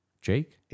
Jake